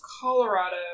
Colorado